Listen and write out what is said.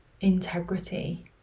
integrity